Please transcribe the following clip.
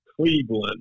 Cleveland